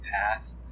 path